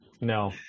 No